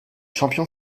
champion